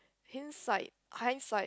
insight hindsight